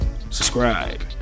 subscribe